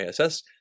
ISS